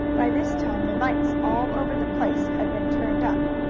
by this time the lights all over the place had been turned up,